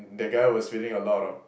that guy was feeling a lot of